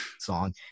song